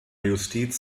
justiz